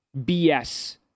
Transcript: BS